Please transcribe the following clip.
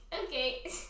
okay